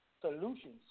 solutions